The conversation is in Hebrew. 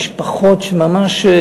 משפחות שממש,